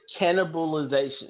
cannibalization